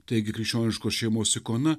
taigi krikščioniškos šeimos ikona